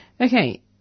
Okay